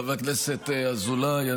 חבר הכנסת אזולאי,